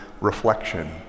reflection